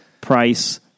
price